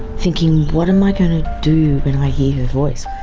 thinking what am i going to do when i hear her voice?